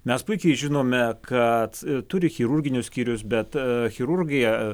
mes puikiai žinome kad turi chirurginius skyrius bet chirurgija